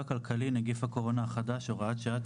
כלכלי (נגיף הקורונה החדש) (הוראת שעה),